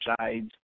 sides